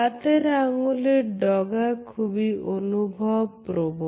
হাতের আঙ্গুলের ডগা খুবই অনুভব প্রবণ